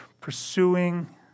pursuing